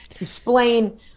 explain